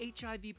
HIV